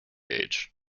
age